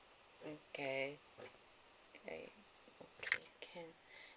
okay okay can